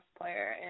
player